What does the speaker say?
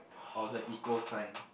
or the equal sign